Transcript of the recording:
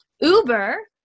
Uber